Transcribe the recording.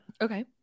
Okay